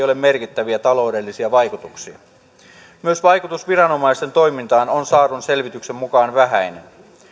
ole merkittäviä taloudellisia vaikutuksia myös vaikutus viranomaisten toimintaan on saadun selvityksen mukaan vähäinen